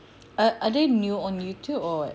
are they new on youtube or what